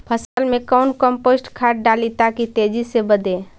फसल मे कौन कम्पोस्ट खाद डाली ताकि तेजी से बदे?